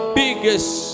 biggest